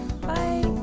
bye